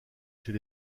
chez